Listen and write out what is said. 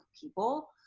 people